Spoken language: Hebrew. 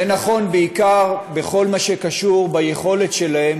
זה נכון בעיקר בכל מה שקשור ביכולת שלהם